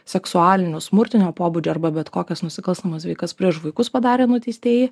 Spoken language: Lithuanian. seksualinio smurtinio pobūdžio arba bet kokias nusikalstamas veikas prieš vaikus padarę nuteistieji